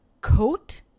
Coat